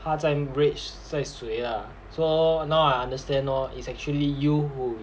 他在 rage 在谁 lah so now I understand lor it's actually you who